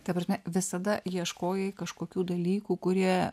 ta prasme visada ieškojai kažkokių dalykų kurie